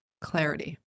clarity